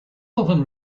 often